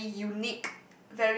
very unique